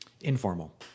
Informal